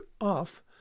off